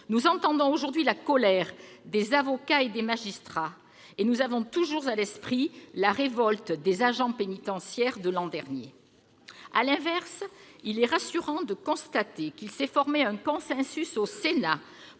Nous entendons aujourd'hui la colère des avocats et des magistrats, et nous avons toujours à l'esprit la révolte des agents pénitentiaires de l'an dernier. À l'inverse, il est rassurant de constater qu'il s'est formé un consensus au Sénat